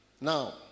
Now